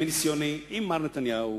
מניסיוני עם מר נתניהו